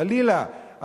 חלילה,